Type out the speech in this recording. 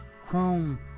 Chrome